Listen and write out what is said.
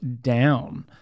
down